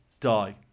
die